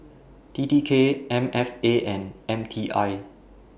T T K M F A and M T I